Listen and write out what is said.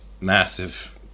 massive